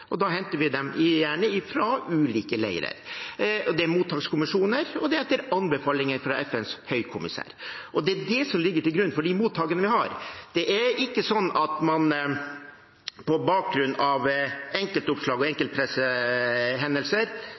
og da henter vi dem gjerne fra ulike leire. Det er mottakskommisjoner, og dette skjer etter anbefalinger fra FNs høykommissær. Det ligger til grunn for de mottakene vi har. Man sender ikke folk ut i verden for å hente noen hjem på bakgrunn av enkeltoppslag og